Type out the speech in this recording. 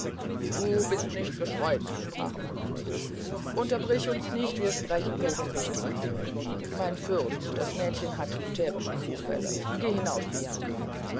du bist nicht gescheut sprach manfred unterbrich uns nicht wir sprechen hier von wichtigen dingen mein fürst dies mädchen hat hysterische zufälle geh hinaus bianca